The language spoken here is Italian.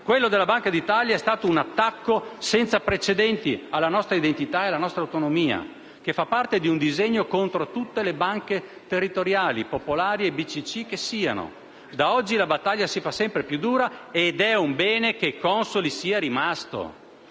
«Quello della Banca d'Italia a Veneto Banca è stato un attacco senza precedenti alla nostra identità e alla nostra autonomia che fa parte di un disegno contro tutte le banche territoriali, popolari e Bcc che siano. Da oggi la battaglia si fa sempre più dura ed è un bene che Consoli sia rimasto».